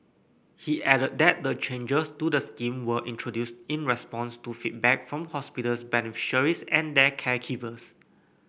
he added that the changes to the scheme were introduced in response to feedback from hospitals beneficiaries and their caregivers